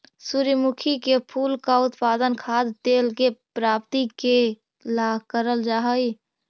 सूर्यमुखी के फूल का उत्पादन खाद्य तेल के प्राप्ति के ला करल जा हई